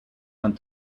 and